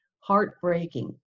heartbreaking